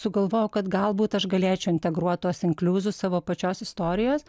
sugalvojau kad galbūt aš galėčiau integruot tuos inkliuzus savo pačios istorijos